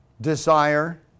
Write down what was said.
desire